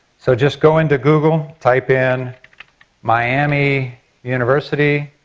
so just go into google, type in miami university